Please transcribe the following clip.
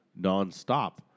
nonstop